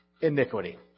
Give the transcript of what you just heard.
iniquity